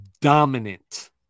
dominant